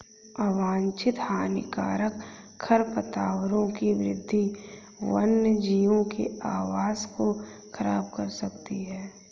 अवांछित हानिकारक खरपतवारों की वृद्धि वन्यजीवों के आवास को ख़राब कर सकती है